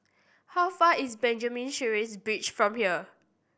how far is Benjamin Sheares Bridge from here